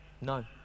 No